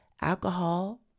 Alcohol